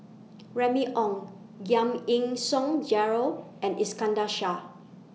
Remy Ong Giam Yean Song Gerald and Iskandar Shah